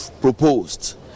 proposed